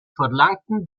verlangten